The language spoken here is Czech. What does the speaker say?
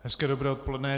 Hezké dobré odpoledne.